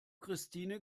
christine